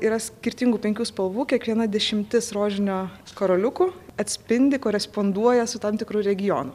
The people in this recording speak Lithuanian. yra skirtingų penkių spalvų kiekviena dešimtis rožinio karoliukų atspindi koresponduoja su tam tikru regionu